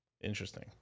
interesting